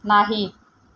नाही